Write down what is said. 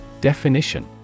Definition